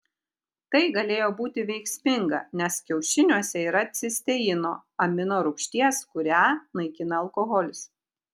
tai galėjo būti veiksminga nes kiaušiniuose yra cisteino amino rūgšties kurią naikina alkoholis